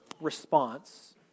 response